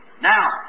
Now